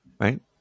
right